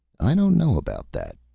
i don't know about that,